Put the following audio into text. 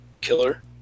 killer